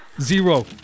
Zero